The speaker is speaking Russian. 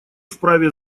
вправе